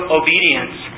obedience